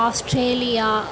Australia